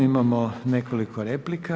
Imamo nekoliko replika.